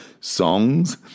songs